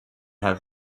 have